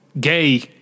gay